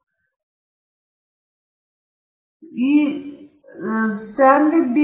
ಆದ್ದರಿಂದ ಇದು ಸರಾಸರಿಗಿಂತ ಕೆಳಗಿನ ಅರ್ಧದಷ್ಟು ವಿಚಲನವನ್ನು ಪ್ರತಿನಿಧಿಸುತ್ತದೆ ಮತ್ತು ಈ 0